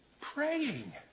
Praying